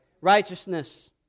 righteousness